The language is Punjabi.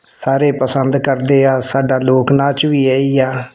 ਸਾਰੇ ਪਸੰਦ ਕਰਦੇ ਆ ਸਾਡਾ ਲੋਕ ਨਾਚ ਵੀ ਇਹੀ ਆ